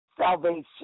salvation